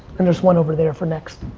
and there's one over there for next.